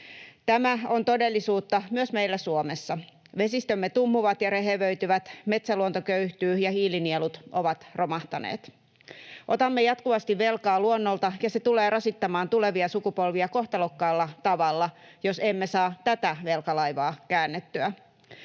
Tämä on todellisuutta myös meillä Suomessa. Vesistömme tummuvat ja rehevöityvät, metsäluonto köyhtyy, ja hiilinielut ovat romahtaneet. Otamme jatkuvasti velkaa luonnolta, ja se tulee rasittamaan tulevia sukupolvia kohtalokkaalla tavalla, jos emme saa tätä velkalaivaa käännettyä.